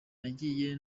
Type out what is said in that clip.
nagiye